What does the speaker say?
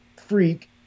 freak